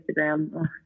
Instagram